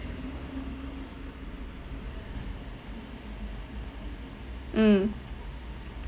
mm